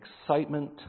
excitement